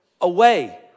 away